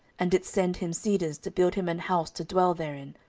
and didst send him cedars to build him an house to dwell therein,